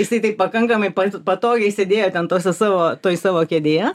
jisai tai pakankamai patogiai sėdėjo ten tose savo toje savo kėdėje